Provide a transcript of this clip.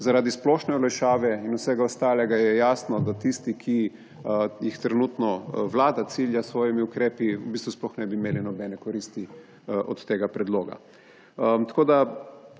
Zaradi splošne olajšave in vsega ostalega je jasno, da tisti, ki jih trenutno vlada cilja s svojimi ukrepi, v bistvu sploh ne bi imeli nobene koristi od tega predloga. Kot